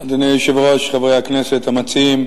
אדוני היושב-ראש, חברי הכנסת, המציעים,